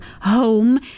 home